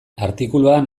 artikuluan